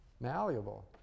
malleable